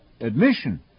admission